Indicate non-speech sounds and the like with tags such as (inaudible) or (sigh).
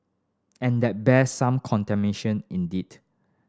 and that bears some (unintelligible) indeed